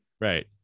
Right